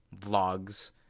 vlogs